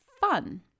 fun